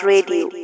Radio